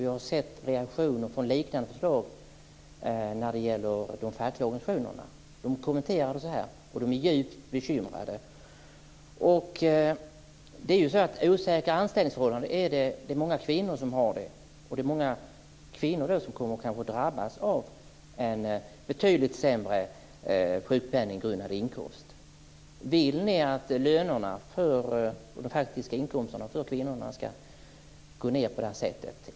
Jag har sett reaktioner från de fackliga organisationerna på liknande förslag. De kommenterar det så här, och de är djupt bekymrade. Många kvinnor har osäkra anställningsförhållanden, och många kvinnor kommer att drabbas av en betydligt sämre sjukpenninggrundande inkomst. Vill ni att lönerna och de faktiska inkomsterna för kvinnor ska gå ned på det här sättet?